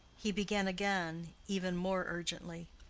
he began again, even more urgently.